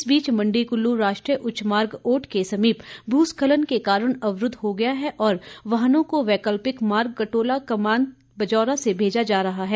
इस बीच मंडी कुल्लू राष्ट्रीय उच्च मार्ग औट के समीप भूस्खलन के कारण अवरूद्व हो गया है और वाहनों को वैक्लिपक मार्ग कटौला कमांद बजौरा से भेजा जा रहा है